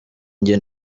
jye